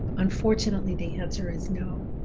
unfortunately the answer is no.